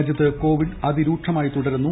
രാജ്യത്ത് കോവിഡ് അതിരൂക്ഷിമാ്യി തുടരുന്നു